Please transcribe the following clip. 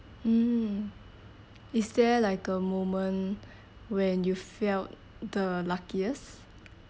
mm is there like a moment when you felt the luckiest